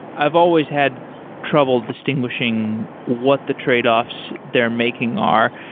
i've always had trouble distinguishing what the tradeoffs they're making are.